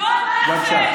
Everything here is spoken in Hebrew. גועל נפש.